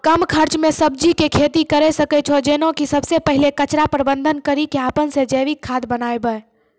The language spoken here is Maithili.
कम खर्च मे सब्जी के खेती करै सकै छौ जेना कि सबसे पहिले कचरा प्रबंधन कड़ी के अपन से जैविक खाद बनाबे?